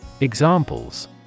Examples